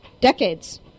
decades